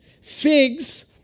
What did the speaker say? figs